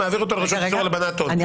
ומעביר אותו לרשות לאיסור הלבנת הון?